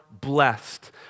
blessed